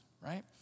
right